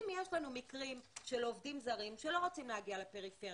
אם יש לנו מקרים של עובדים זרים שלא רוצים להגיע לפריפריה,